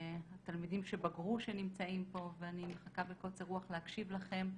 התלמידים שבגרו שנמצאים פה ואני מחכה בקוצר רוח להקשיב לכם,